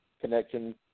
connection